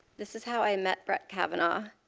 this is how i met brett kavanaugh,